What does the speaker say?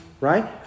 right